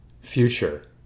future